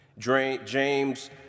James